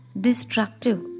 destructive